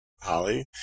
Holly